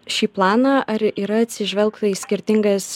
šį planą ar yra atsižvelgta į skirtingas